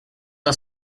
are